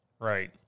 Right